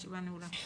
הישיבה נעולה.